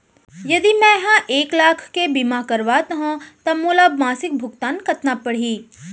यदि मैं ह एक लाख के बीमा करवात हो त मोला मासिक भुगतान कतना पड़ही?